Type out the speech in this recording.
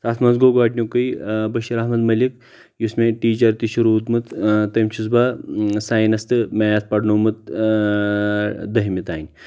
تتھ منٛز گوٚو گۄڈنکُے بشیر احمد مٔلِک یُس مےٚ ٹیچر تہِ چھُ رودمُت تٔمۍ چھُ بہٕ ساینس تہٕ میتھ پرنٲومُت اۭں دہمہِ تام